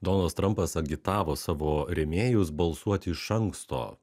donaldas trampas agitavo savo rėmėjus balsuoti iš anksto